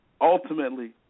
ultimately